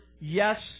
yes